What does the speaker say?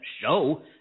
show